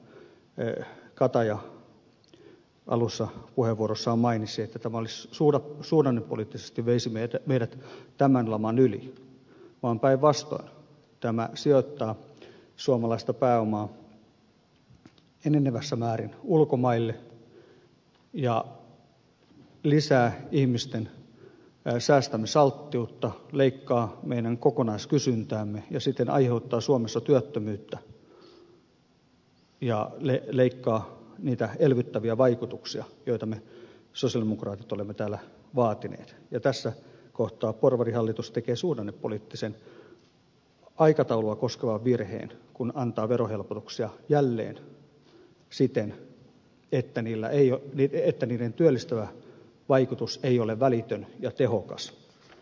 kataja alussa puheenvuorossaan mainitsi että tämä suhdannepoliittisesti veisi meidät tämän laman yli vaan päinvastoin tämä sijoittaa suomalaista pääomaa enenevässä määrin ulkomaille ja lisää ihmisten säästämisalttiutta leikkaa meidän kokonaiskysyntäämme ja siten aiheuttaa suomessa työttömyyttä ja leikkaa niitä elvyttäviä vaikutuksia joita me sosialidemokraatit olemme täällä vaatineet ja tässä kohtaa porvarihallitus tekee suhdannepoliittisen aikataulua koskevan virheen kun antaa verohelpotuksia jälleen siten että niiden työllistävä vaikutus ei ole välitön ja tehokas